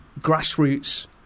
grassroots